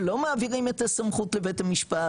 שלא מעבירים את הסמכות לבית המשפט.